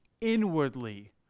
inwardly